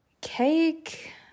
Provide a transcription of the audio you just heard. Cake